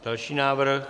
Další návrhy.